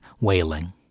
wailing